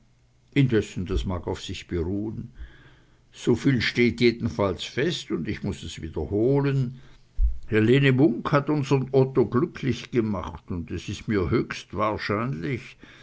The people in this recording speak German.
indessen das mag auf sich beruhen soviel steht jedenfalls fest und ich muß es wiederholen helene munk hat unsern otto glücklich gemacht und es ist mir höchst wahrscheinlich